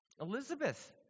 Elizabeth